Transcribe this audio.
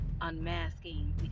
unmasking